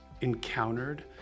encountered